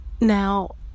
Now